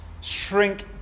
shrink